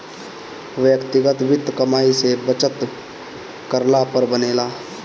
व्यक्तिगत वित्त कमाई से बचत करला पर बनेला